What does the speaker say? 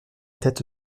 tête